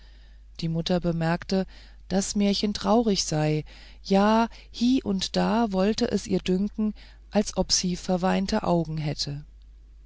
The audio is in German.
die mutter bemerkte daß märchen traurig sei ja hie und da wollte es ihr bedünken als ob sie verweinte augen hätte